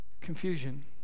Confusion